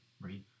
right